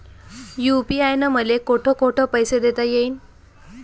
UPI न मले कोठ कोठ पैसे देता येईन?